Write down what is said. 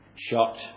shocked